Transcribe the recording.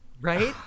Right